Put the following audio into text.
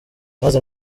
maze